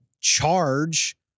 charge